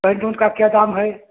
pantaloon का क्या दाम है